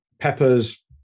Peppers